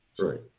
Right